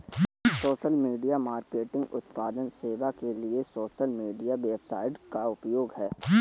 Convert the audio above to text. social media marketing उत्पाद सेवा के लिए सोशल मीडिया वेबसाइटों का उपयोग है